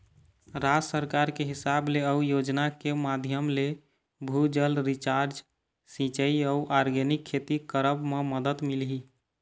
राज सरकार के हिसाब ले अउ योजना के माधियम ले, भू जल रिचार्ज, सिंचाई अउ आर्गेनिक खेती करब म मदद मिलही